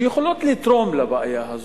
שיכולות לתרום לבעיה הזאת,